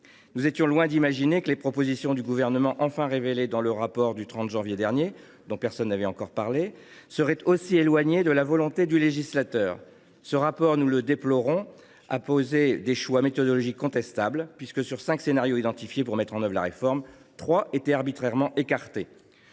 Nous étions alors loin d’imaginer que les propositions du Gouvernement, que le rapport du 30 janvier dernier – dont personne n’avait encore parlé – a enfin révélées, seraient aussi éloignées de la volonté du législateur. Ce rapport, nous le déplorons, repose sur des choix méthodologiques contestables. Ainsi, sur les cinq scénarios identifiés pour mettre en œuvre la réforme, trois ont été arbitrairement écartés.